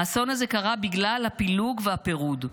האסון הזה קרה בגלל הפילוג והפירוד.